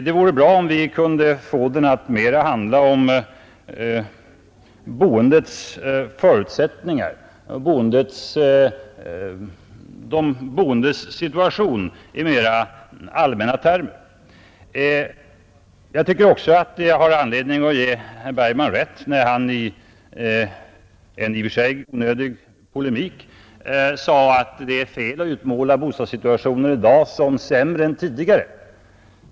Det vore bra om vi kunde få debatten att mera handla om boendets förutsättningar, de boendes situation i mera allmänna termer. Jag tycker också att jag har anledning att ge herr Bergman rätt när han i en i och för sig onödig polemik sade att det är fel att utmåla bostadssituationen i dag som sämre än tidigare.